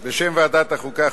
בשם ועדת החוקה,